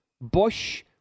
Bush